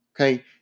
Okay